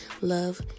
love